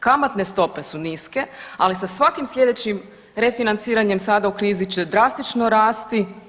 Kamatne stope su niske, ali sa svakim sljedećim refinanciranjem sada u krizi će drastično rasti.